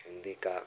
हिन्दी का